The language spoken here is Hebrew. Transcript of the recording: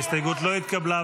ההסתייגות לא התקבלה.